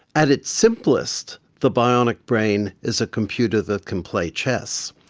at its simplest, the bionic brain is a computer that can play chess.